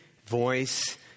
Voice